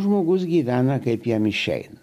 žmogus gyvena kaip jam išeina